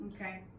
Okay